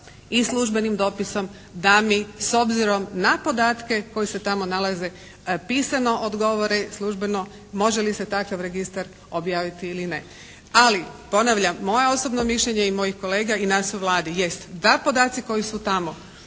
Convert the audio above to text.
i službenim dopisom da mi s obzirom na podatke koji se tamo nalaze pisano odgovori službeno može li se takav registar objaviti ili ne? Ali ponavljam moje osobno mišljenje i mojih kolega i nas u Vladi jest da podaci koji su tamo